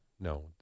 No